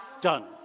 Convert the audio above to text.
done